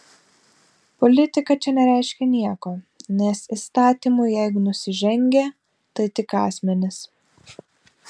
politika čia nereiškia nieko nes įstatymui jeigu nusižengė tai tik asmenys